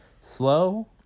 slow